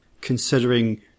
considering